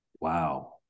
wow